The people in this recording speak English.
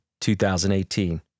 2018